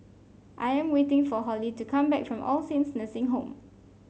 I am waiting for Hollie to come back from All Saints Nursing Home